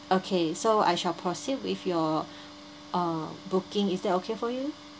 okay so I shall proceed with your uh booking is that okay for you